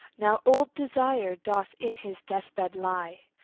now old desire doth in his deathbed lie,